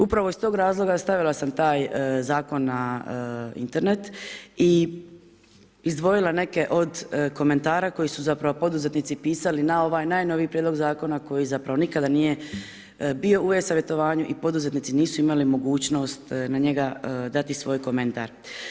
Upravo iz tog razloga stavila sam taj Zakon na Internet i izdvojila neke od komentara koji su zapravo poduzetnici pisali na ovaj najnoviji Prijedlog Zakona koji zapravo nikada nije bio u e-savjetovanju i poduzetnici nisu imali mogućnost na njega dati svoj komentar.